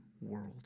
world